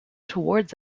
towards